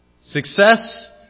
Success